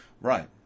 right